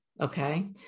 Okay